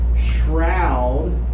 shroud